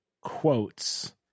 quotes